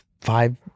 five